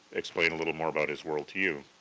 explain a little more about his world to you.